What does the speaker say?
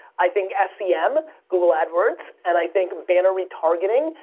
i think ah sem, google adwords and i think banner retargeting,